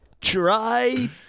Try